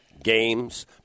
games